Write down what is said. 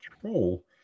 control